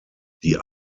die